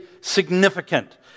significant